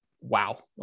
wow